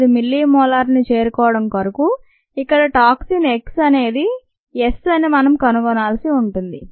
5 millimolars ని చేరుకోవడం కొరకు ఇక్కడ టాక్సిన్ X అనేది S అని మనం కనుగొనాల్సి ఉంటుంది